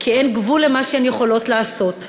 כי אין גבול למה שהן יכולות לעשות,